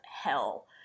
hell